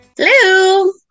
Hello